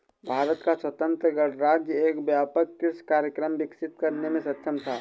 भारत का स्वतंत्र गणराज्य एक व्यापक कृषि कार्यक्रम विकसित करने में सक्षम था